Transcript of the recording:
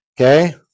Okay